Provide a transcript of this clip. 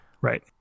Right